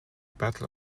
battle